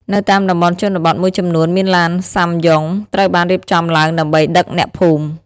នៅតាមតំបន់ជនបទមួយចំនួនមានឡានសាំយ៉ុង ត្រូវបានរៀបចំឡើងដើម្បីដឹកអ្នកភូមិ។